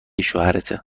شوهرته